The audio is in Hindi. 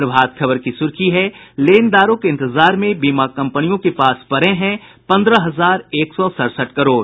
प्रभात खबर की सुर्खी है लेनदारों के इंतजार में बीमा कंपनियों के पास पड़े हैं पंद्रह हजार एक सौ सड़सठ करोड़